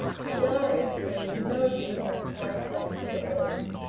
to darius there was no business quite like his own.